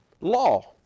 law